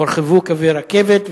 הורחבו קווי רכבת,